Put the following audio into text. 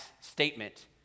statement